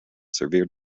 severe